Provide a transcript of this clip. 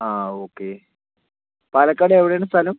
ആ ഓക്കെ പാലക്കാട് എവിടെയാണ് സ്ഥലം